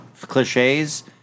cliches